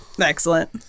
Excellent